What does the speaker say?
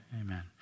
Amen